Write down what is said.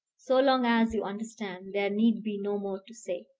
so long as you understand, there need be no more to say.